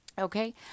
okay